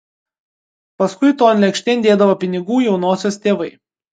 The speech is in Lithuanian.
paskui ton lėkštėn dėdavo pinigų jaunosios tėvai